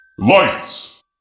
Lights